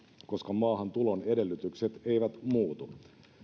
koska maahantulon edellytykset eivät muutu